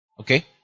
Okay